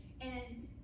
and